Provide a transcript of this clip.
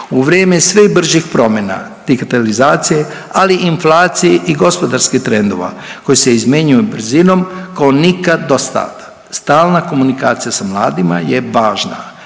U vrijeme sve bržih promjena, digitalizacije, ali i inflacije i gospodarskih trendova koji se izmjenjuju brzinom kao nikad do sada, stalna komunikacija sa mladima je važna,